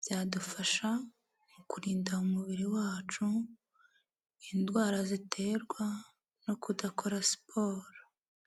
byadufasha mu kurinda umubiri wacu indwara ziterwa no kudakora siporo.